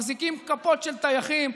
מחזיקים כפות של טייחים,